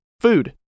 food